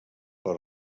per